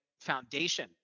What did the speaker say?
foundation